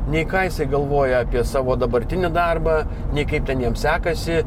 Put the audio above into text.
nei ką jisai galvoja apie savo dabartinį darbą nei kaip ten jam sekasi